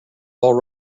all